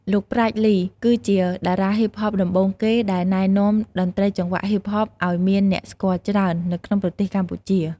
លោក ប្រាជ្ញ លី គឺជាតារាហុីបហបដំបូងគេដែលណែនាំតន្ត្រីចង្វាក់ហុីបហបអោយមានអ្នកស្គាល់ច្រើន នៅក្នុងប្រទេសកម្ពុជា។